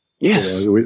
Yes